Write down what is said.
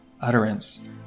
utterance